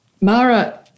Mara